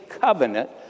covenant